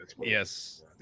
Yes